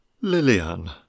Lillian